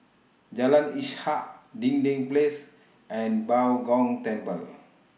Jalan Ishak Dinding Place and Bao Gong Temple